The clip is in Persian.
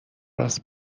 راست